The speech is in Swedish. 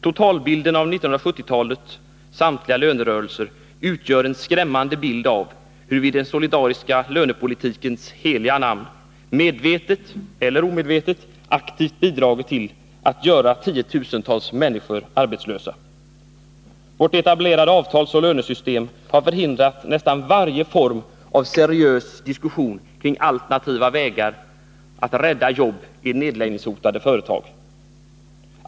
Totalbilden av 1970-talets samtliga lönerörelser utgör en skrämmande bild av hur vi i den solidariska lönepolitikens heliga namn medvetet eller omedvetet aktivt bidragit till att göra tiotusentals människor arbetslösa. Vårt etablerade avtalsoch lönesystem har förhindrat nästan varje form av seriös diskussion kring alternativa vägar att rädda jobb i nedläggningshotade företag.